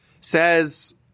says